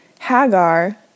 Hagar